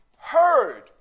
heard